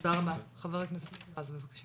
תודה רבה ח"כ רז בבקשה.